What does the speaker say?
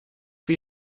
wie